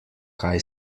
kaj